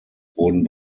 wurden